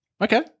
Okay